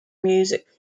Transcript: music